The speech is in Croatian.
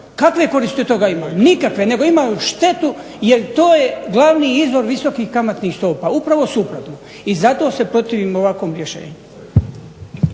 Kakve koristi od toga ima? Nikakve, nego imaju štetu jer to je glavni izvor visokih kamatnih stopa. Upravo suprotno. I zato se protivim ovakvom rješenju.